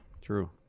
True